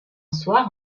soir